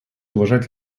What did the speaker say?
уважать